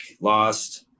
lost